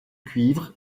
cuivre